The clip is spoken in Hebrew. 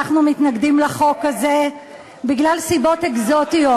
אנחנו מתנגדים לחוק הזה בגלל סיבות אקזוטיות.